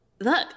look